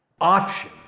option